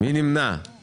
אימאן ח'טיב יאסין,